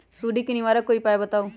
सुडी से निवारक कोई उपाय बताऊँ?